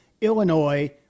Illinois